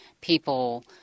people